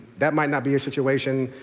that might not be your situation.